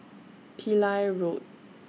Pillai Road